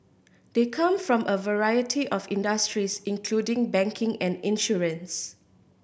they come from a variety of industries including banking and insurance